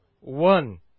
one